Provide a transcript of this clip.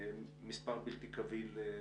מספר בלתי קביל לחלוטין.